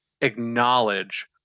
acknowledge